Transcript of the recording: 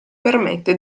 permette